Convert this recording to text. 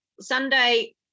Sunday